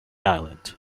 island